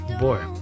Boy